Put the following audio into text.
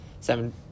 seven